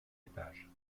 étage